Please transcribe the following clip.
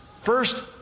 First